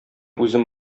үзем